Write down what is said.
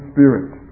Spirit